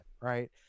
right